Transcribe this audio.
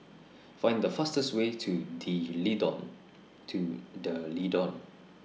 Find The fastest Way to D to D'Leedon